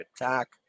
attack